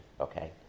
Okay